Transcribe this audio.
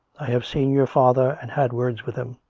i have seen your father and had words with him.